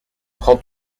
prend